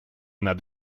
над